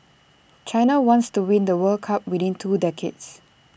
China wants to win the world cup within two decades